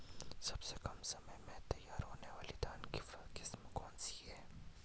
सबसे कम समय में तैयार होने वाली धान की किस्म कौन सी है?